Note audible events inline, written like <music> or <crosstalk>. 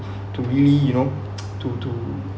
to really you know <noise> to to